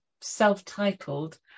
self-titled